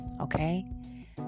okay